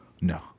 No